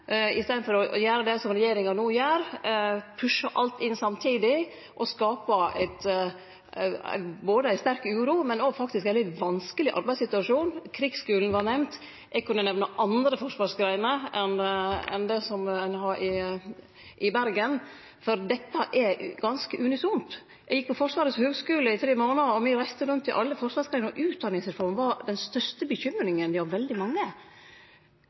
i staden for å gjere det som regjeringa no gjer, pushar alt inn samtidig, og skaper både ei sterk uro og faktisk òg ein veldig vanskeleg arbeidssituasjon. Sjøkrigsskulen var nemnd. Eg kunne nemne andre forsvarsgreiner enn det ein har i Bergen, for dette er ganske unisont. Eg gjekk på Forsvarets høgskule i tre månader, me reiste rundt til alle forsvarsgreiner, og utdanningsreforma var den største bekymringa hjå veldig mange.